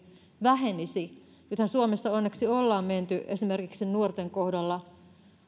vähenisi nythän suomessa onneksi ollaan menty pitkään esimerkiksi nuorten kohdalla